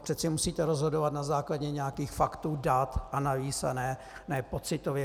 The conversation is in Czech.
Přeci musíte rozhodovat na základě nějakých faktů, dat, analýz, a ne pocitově.